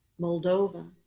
Moldova